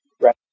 right